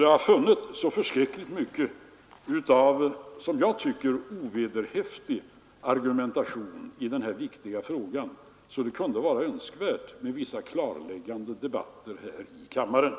Det har förekommit så förskräckligt mycket av — som jag tycker — ovederhäftig argumentation i den här viktiga frågan att det vore önskvärt med vissa klarlägganden här i kammaren.